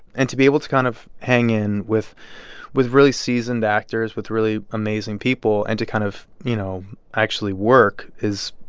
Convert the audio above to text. and to be able to kind of hang in with with really seasoned actors, with really amazing people and to kind of, you know, actually work is,